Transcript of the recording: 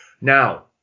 now